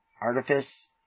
artifice